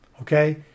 Okay